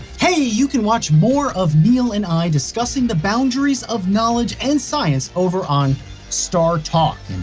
hey! you can watch more of neil and i discussing the boundaries of knowledge and science over on startalk.